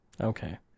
Okay